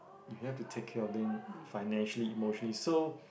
you have to take care of them financially emotionally so